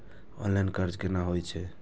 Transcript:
Online कर्ज केना होई छै?